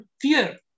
fear